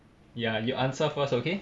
ya you answer first okay